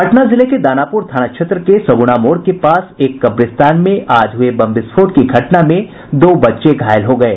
पटना जिले के दानापुर थाना क्षेत्र के सगुना मोड़ के पास एक कब्रिस्तान में आज हुए बम विस्फोट की घटना में दो बच्चे घायल हो गये